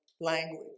language